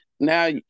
Now